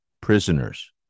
prisoners